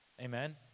Amen